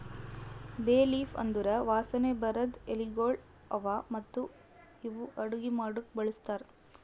ಬೇ ಲೀಫ್ ಅಂದುರ್ ವಾಸನೆ ಬರದ್ ಎಲಿಗೊಳ್ ಅವಾ ಮತ್ತ ಇವು ಅಡುಗಿ ಮಾಡಾಕು ಬಳಸ್ತಾರ್